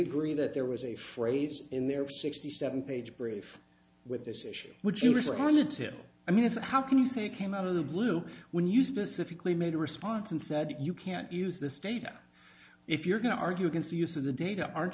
agree that there was a phrase in there sixty seven page brief with this issue which you responded to i mean it's how can you say came out of the blue when you specifically made a response and said you can't use this data if you're going to argue against the use of the data aren't